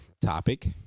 topic